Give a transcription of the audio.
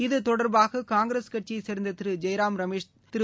இத்தொடர்பாக காங்கிரஸ் கட்சியைச் சேர்ந்த திரு ஜெய்ராம் ரமேஷ் திரு